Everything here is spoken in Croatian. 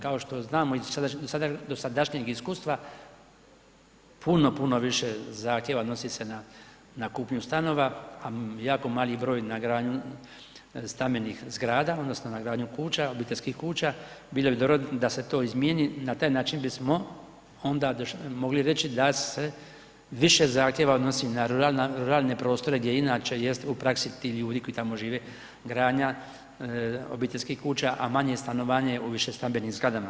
Kao što znamo iz dosadašnjeg iskustva, puno puno više zahtjeva odnosi se na, na kupnju stanova, a jako mali broj na gradnju stambenih zgrada odnosno na gradnju kuća, obiteljskih kuća, bilo bi dobro da se to izmijeni, na taj način bismo onda mogli reći da se više zahtjeva odnosi na ruralne prostore gdje inače jest u praksi tih ljudi koji tamo žive, gradnja obiteljskih kuća, a manje stanovanje u više stambenim zgradama.